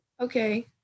okay